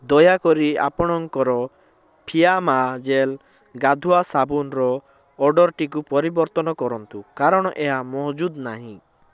ଦୟାକରି ଆପଣଙ୍କର ଫିଆମା ଜେଲ୍ ଗାଧୁଆ ସାବୁନ୍ର ଅର୍ଡ଼ର୍ଟିକୁ ପରିବର୍ତ୍ତନ କରନ୍ତୁ କାରଣ ଏହା ମହଜୁଦ ନାହିଁ